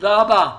תודה רבה.